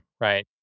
right